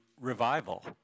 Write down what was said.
revival